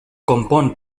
compon